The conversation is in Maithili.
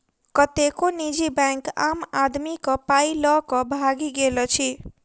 कतेको निजी बैंक आम आदमीक पाइ ल क भागि गेल अछि